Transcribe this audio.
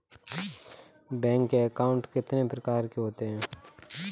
Bank account कितने प्रकार के होते हैं?